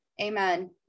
Amen